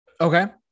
Okay